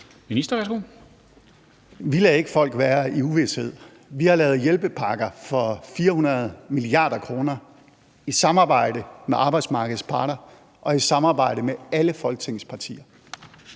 Vi lader ikke folk være i uvished. Vi har lavet hjælpepakker for 400 mia. kr. i samarbejde med arbejdsmarkedets parter og i samarbejde med alle Folketingets partier.